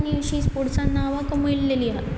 आनी अशीं स्पोर्टसां नां मळलेली आसा